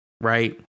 Right